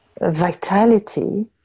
vitality